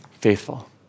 faithful